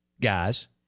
guys